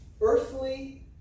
earthly